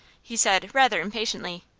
he said, rather impatiently.